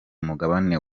umugabane